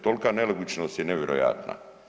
Tolika nelogičnost je nevjerojatna.